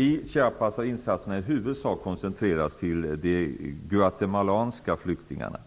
I Chiapas har insatserna i huvudsak koncentrerats till de guatemalanska flyktingarna.